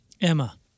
Emma